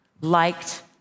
liked